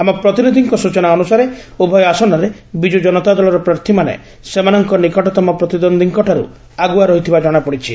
ଆମ ପ୍ରତିନିଧିଙ୍କ ସ୍ଚନା ଅନୁସାରେ ଉଭୟ ଆସନରେ ବିକୁ ଜନତା ଦଳର ପ୍ରାର୍ଥୀମାନେ ସେମାନଙ୍ଙ ନିକଟତମ ପ୍ରତିଦ୍ୱନ୍ଦୀଙ୍କ ଠାରୁ ଆଗୁଆ ରହିଥିବା ଜଣାପଡିଛି